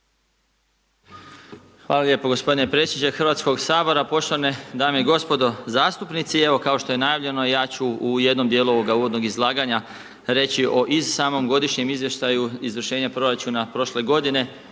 Hvala lijepo g. predsjedniče Hrvatskog sabora. Poštovane dame i gospodo zastupnici. Evo kao što je najavljeno ja ću u jednom dijelu ovoga uvodnog izlaganja reći o i samom godišnjem izvještaju izvršenja proračuna prošle g.